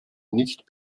nicht